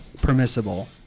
permissible